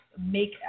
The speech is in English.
make